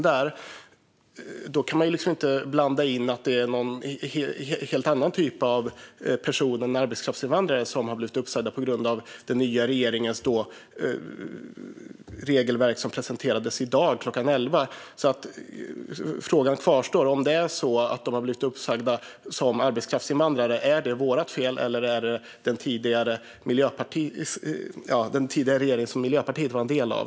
Men då kan man inte blanda in att det handlar om helt andra än arbetskraftsinvandrade personer som skulle ha blivit uppsagda på grund av den nya regeringens regelverk som presenterades i dag klockan elva. Frågan kvarstår. Är det vårt fel om de blivit uppsagda som arbetskraftsinvandrare eller är det den tidigare regeringens, som Miljöpartiet var en del av?